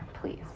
please